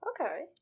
Okay